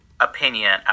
opinion